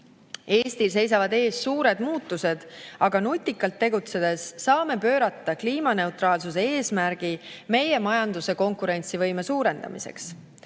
Eestil seisavad ees suured muutused, aga nutikalt tegutsedes saame pöörata kliimaneutraalsuse eesmärgi meie majanduse konkurentsivõime suurendamiseks.